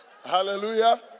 Hallelujah